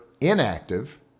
inactive